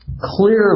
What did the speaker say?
Clearly